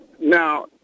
Now